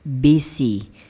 busy